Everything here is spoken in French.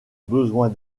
besoin